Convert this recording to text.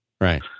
Right